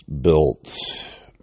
built